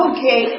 Okay